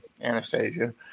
Anastasia